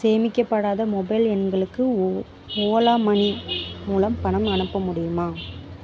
சேமிக்கப்படாத mobile எண்களுக்கு Ola Money மூலம் பணம் அனுப்ப முடியுமா